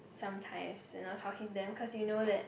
sometimes you know talking them cause you know that